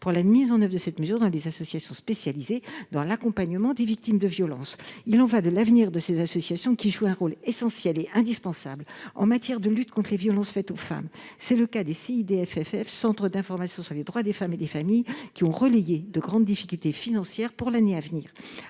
pour la mise en œuvre de cette mesure dans les associations spécialisées dans l’accompagnement des victimes de violences. Il y va de l’avenir de ces associations, qui jouent un rôle essentiel et indispensable en matière de lutte contre les violences faites aux femmes. C’est le cas des CIDFF, qui nous ont fait part de leurs grandes difficultés financières pour l’année à venir.